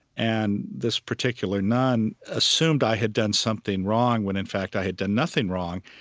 and this particular nun assumed i had done something wrong, when in fact i had done nothing wrong,